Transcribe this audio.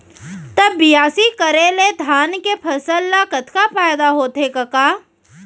त बियासी करे ले धान के फसल ल कतका फायदा होथे कका?